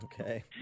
Okay